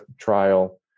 trial